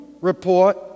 Report